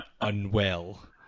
unwell